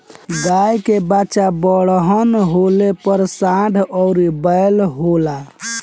गाय के बच्चा बड़हन होले पर सांड अउरी बैल होला